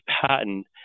patent